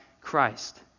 Christ